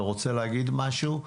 ורוצה להגיד משהו?